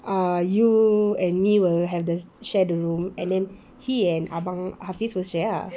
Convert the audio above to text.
uh you and me will have this share the room and then he and abang hafiz will share lah